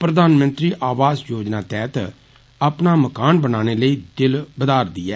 प्रधानमंत्री आवास योजना तैहत अपना मकान बनाने लेई दिल बदारदी ऐ